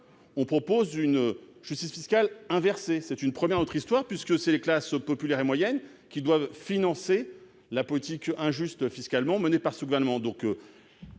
on propose une justice fiscale inversée : il s'agit d'une première dans notre histoire, puisque ce sont les classes populaires et moyennes qui doivent financer la politique fiscale injuste menée par le Gouvernement.